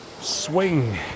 swing